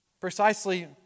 precisely